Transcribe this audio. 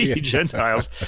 Gentiles